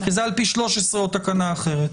וזה על פי 13 או תקנה אחרת.